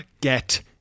get